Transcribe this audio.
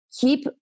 keep